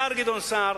השר גדעון סער,